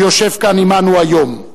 שיושב כאן עמנו היום.